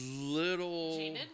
little